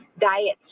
diets